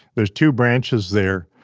there's two branches there,